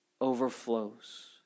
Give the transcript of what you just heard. overflows